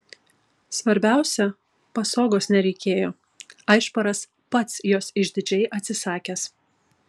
svarbiausia pasogos nereikėjo aišparas pats jos išdidžiai atsisakęs